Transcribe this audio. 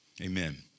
Amen